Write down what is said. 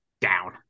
down